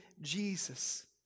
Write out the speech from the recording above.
Jesus